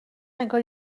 انگار